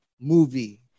movie